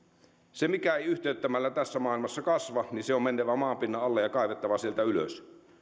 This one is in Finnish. se mikä ei yhtiöittämällä tässä maailmassa kasva on menevä maanpinnan alle ja kaivettava sieltä ylös